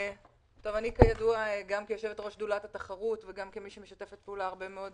אני אומרת גם כיושבת-ראש שדולת התחרות וגם כמי שמשתפת פעולה הרבה מאוד